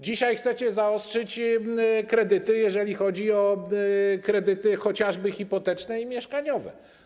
Dzisiaj chcecie zaostrzyć kredyty, jeżeli chodzi o kredyty chociażby hipoteczne i mieszkaniowe.